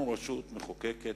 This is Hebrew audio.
אנחנו רשות מחוקקת,